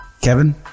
Kevin